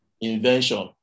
invention